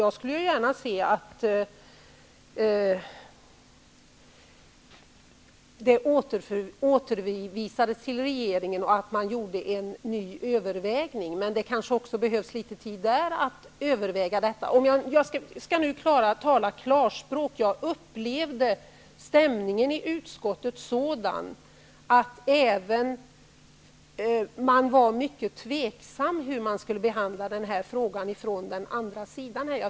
Jag skulle gärna se att detta återförvisades till regeringen och att man gjorde en ny övervägning. Men det kanske också behövs litet tid där för att överväga. Jag skall tala klarspråk. Jag upplevde stämningen i utskottet som att man var tveksam till hur man skulle behandla frågan från den andra sidan.